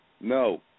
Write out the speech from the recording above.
No